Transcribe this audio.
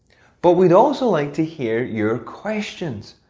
but we'd also like to hear your questions.